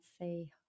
say